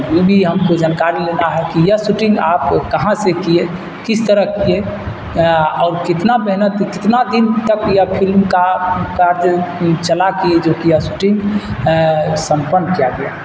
یونہی ہم کو جانکاری لینا ہے کہ یہ سوٹنگ آپ کہاں سے کیے کس طرح کیے اور کتنا محنت کتنا دن تک یہ پھلم کا قد چلا کہ جو کہ یہ سوٹنگ سمپن کیا گیا